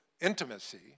intimacy